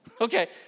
Okay